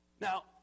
Now